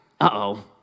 uh-oh